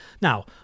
now